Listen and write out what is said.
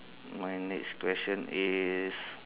my next question is